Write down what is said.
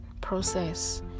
process